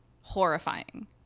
horrifying